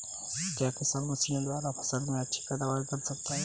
क्या किसान मशीनों द्वारा फसल में अच्छी पैदावार कर सकता है?